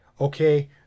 okay